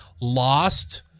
lost